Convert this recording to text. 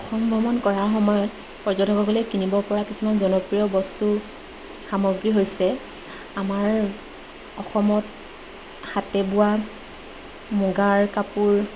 অসম ভ্ৰমণ কৰাৰ সময়ত পৰ্যটকসকলে কিনিব পৰা কিছুমান জনপ্ৰিয় বস্তু সামগ্ৰী হৈছে আমাৰ অসমত হাতে বোৱা মুগাৰ কাপোৰ